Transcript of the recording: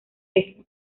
eso